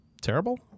terrible